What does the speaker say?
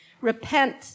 Repent